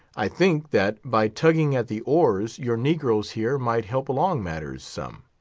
i think that, by tugging at the oars, your negroes here might help along matters some.